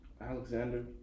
Alexander